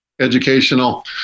educational